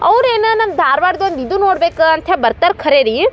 ಅವ್ರು ಏನು ನಮ್ಮ ಧಾರ್ವಾಡ್ದೊಂದು ಇದು ನೋಡ್ಬೇಕು ಅಂತ ಹೇಳಿ ಬರ್ತಾರೆ ಕರೆ ರೀ